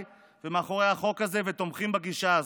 ומאחורי החוק הזה ותומכים בגישה הזאת.